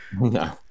No